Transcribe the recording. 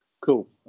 cool